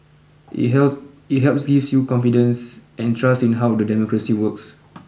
it help it helps gives you confidence and trust in how the democracy works